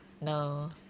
no